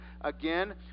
Again